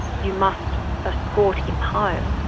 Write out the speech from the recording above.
you must escort him home.